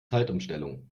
zeitumstellung